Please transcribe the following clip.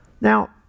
Now